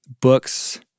books